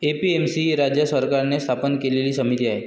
APMC ही राज्य सरकारने स्थापन केलेली समिती आहे